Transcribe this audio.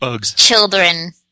children